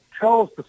Charles